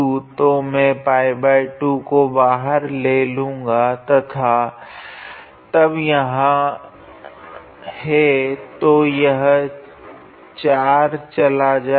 तो मैं 𝜋2 को बाहर ले लूँगा तथा तब यहाँ है तो यह 4 चला जाएगा